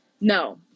No